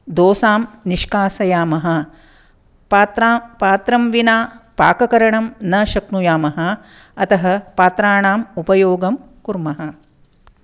दोसां निष्कासयामः पात्रां पात्रं विना पाककरणं न शक्नुयामः अतः पात्राणाम् उपयोगं कुर्मः